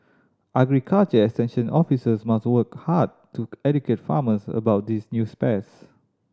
agriculture extension officers must work hard to educate farmers about these new pests